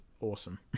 awesome